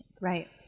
right